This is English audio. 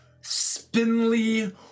spindly